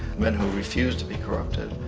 men who refuse to be corrupted,